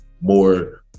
more